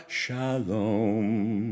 shalom